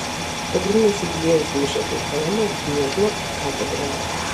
pagrindinės jubiliejaus mišios aukojamos gniezno katedroje